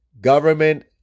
government